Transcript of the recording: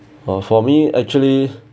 uh for me actually